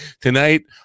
Tonight